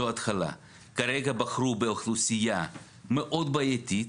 כרגע בחרו באוכלוסייה מאוד בעייתית